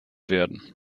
werden